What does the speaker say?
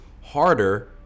harder